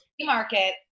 market